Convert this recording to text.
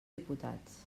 diputats